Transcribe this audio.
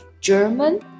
German